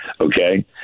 Okay